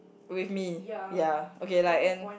with me ya okay like and